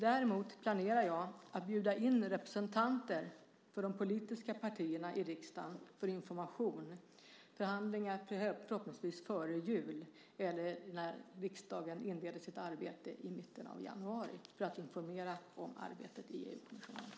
Däremot planerar jag att bjuda in representanter för de politiska partierna i riksdagen för information och förhandlingar, förhoppningsvis före jul eller när riksdagen inleder sitt arbete i mitten av januari, för att informera om arbetet i EU-kommissionen.